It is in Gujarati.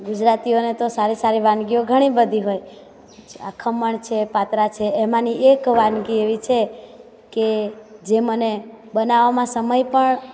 ગુજરાતીઓને તો સારી સારી વાનગીઓ ઘણી બધી હોય ખમણ છે પાતરા છે એમાંની એક વાનગી એવી છે કે જે મને બનાવવામાં સમય પણ